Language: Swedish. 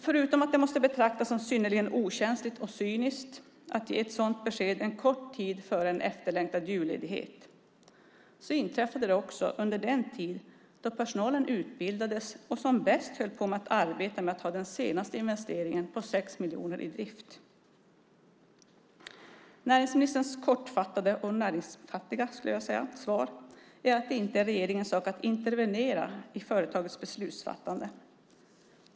Förutom att det måste betraktas som synnerligen okänsligt och cyniskt att ge ett sådant besked en kort tid före en efterlängtad julledighet inträffade detta under den tid då personalen utbildades och som bäst höll på att arbeta med att ta det senaste, en investering på 6 miljoner, i drift. Näringsministerns kortfattade och näringsfattiga, skulle jag vilja säga, svar är att det inte är regeringens sak att intervenera i företagets beslutsfattande.